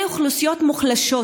אלה אוכלוסיות מוחלשות,